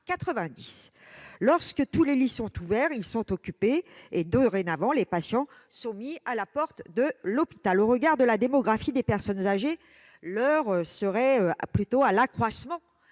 lits. Lorsque tous les lits sont ouverts, ils sont occupés. Dorénavant, les patients sont mis à la porte de l'hôpital. Au regard de la démographie des personnes âgées, l'heure serait plutôt à l'augmentation